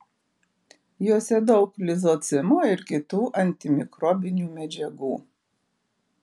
jose daug lizocimo ir kitų antimikrobinių medžiagų